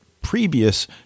previous